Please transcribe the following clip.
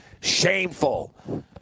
Shameful